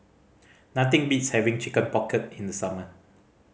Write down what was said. nothing beats having Chicken Pocket in summer